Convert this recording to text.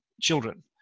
children